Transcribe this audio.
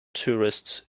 tourists